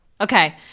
Okay